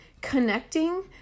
connecting